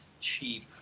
cheap